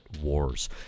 Wars